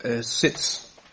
Sits